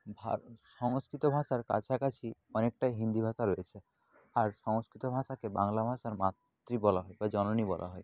ভার সংস্কৃত ভাষার কাছাকাছি অনেকটাই হিন্দি ভাষা রয়েছে আর সংস্কৃত ভাষাকে বাংলা ভাষার মাতৃ বলা হয় বা জননী বলা হয়